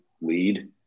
lead